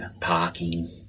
parking